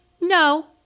no